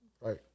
Right